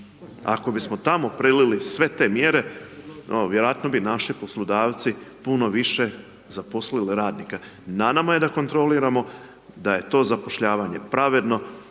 ako bismo tamo prelili sve te mjere, vjerojatno bi naši poslodavci puno više zaposlili radnika. Na nama je da kontroliramo, da je to zapošljavanje pravedno,